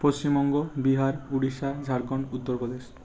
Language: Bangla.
পশ্চিমবঙ্গ বিহার উড়িষ্যা ঝাড়খন্ড উত্তরপ্রদেশ